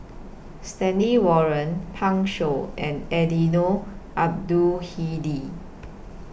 Stanley Warren Pan Shou and Eddino Abdul Hadi